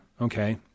Okay